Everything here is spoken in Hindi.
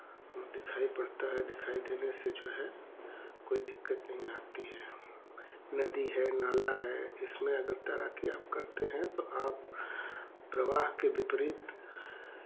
दिखाई पड़ता है दिखाई देने से जो है कोई दिक्कत नहीं आती है नदी है नाला है इसमें अगर तैराकी आप करते हैं तो आप प्रवाह के विपरीत